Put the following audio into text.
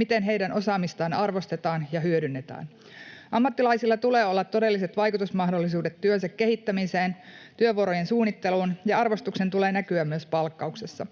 miten heidän osaamistaan arvostetaan ja hyödynnetään. Ammattilaisilla tulee olla todelliset vaikutusmahdollisuudet työnsä kehittämiseen ja työvuorojen suunnitteluun, ja arvostuksen tulee näkyä myös palkkauksessa.